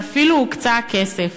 ואפילו הוקצה הכסף.